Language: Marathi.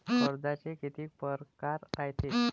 कर्जाचे कितीक परकार रायते?